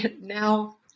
now